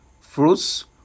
fruits